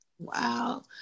Wow